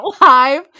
live